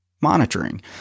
monitoring